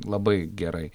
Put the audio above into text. labai gerai